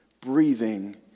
breathing